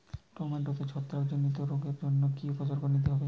টমেটোতে ছত্রাক জনিত রোগের জন্য কি উপসর্গ নিতে হয়?